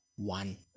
one